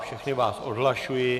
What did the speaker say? Všechny vás odhlašuji.